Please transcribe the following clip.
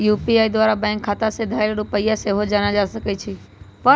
UPI द्वारा bank खता में धएल रुपइया सेहो जानल जा सकइ छै